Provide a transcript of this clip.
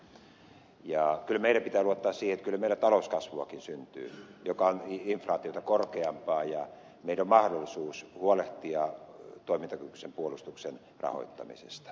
kyllä meidän pitää luottaa siihen että meillä talouskasvuakin syntyy joka on inflaatiota korkeampaa ja meillä on mahdollisuus huolehtia toimintakykyisen puolustuksen rahoittamisesta